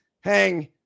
hang